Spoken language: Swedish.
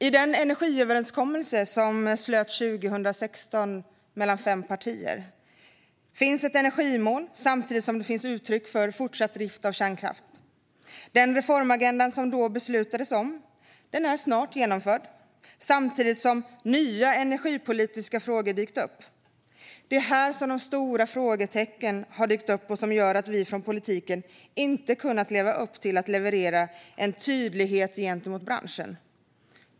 I den energiöverenskommelse som slöts mellan fem partier 2016 finns ett energimål, samtidigt som det finns uttryck för fortsatt drift av kärnkraft. Den reformagenda som det då beslutades om är snart genomförd, och samtidigt har nya energipolitiska frågor dykt upp. Det är här de stora frågetecknen har dykt upp, vilket har gjort att vi från politikens sida inte har kunnat leverera en tydlighet gentemot branschen.